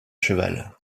cheval